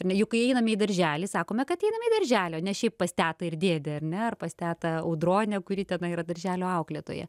ar ne juk kai einam į darželį sakome kad einame į darželį ne šiaip pas tetą ir dėdę ar ne pas tetą audronę kuri tenai yra darželio auklėtoja